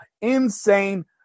insane